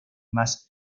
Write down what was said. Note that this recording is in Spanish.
más